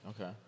Okay